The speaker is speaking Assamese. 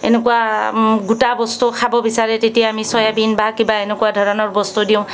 এনেকুৱা গোটা বস্তু খাব বিচাৰে তেতিয়া আমি চয়াবিন বা কিবা এনেকুৱা ধৰণৰ বস্তু দিওঁ